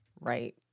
right